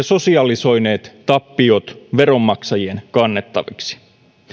sosialisoineet tappiot veronmaksajien kannettaviksi